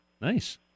Nice